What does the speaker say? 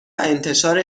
انتشار